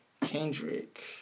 Kendrick